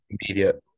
immediate